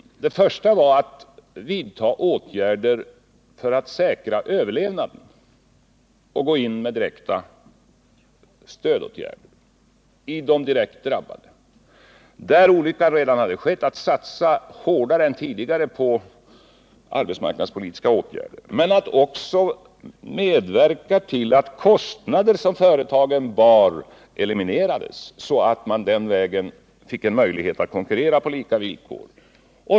I det första skedet gällde det att vidta åtgärder för att säkra överlevnaden och gå in med direkta stödåtgärder i de drabbade företagen, där olyckan alltså redan hade skett, att satsa hårdare än tidigare på arbetsmarknadspolitiska åtgärder men att också medverka till att kostnader som företagen bar eliminerades, så att de den vägen fick möjlighet att konkurrera pådika villkor.